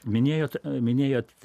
minėjot minėjot